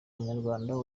munyarwanda